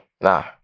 Nah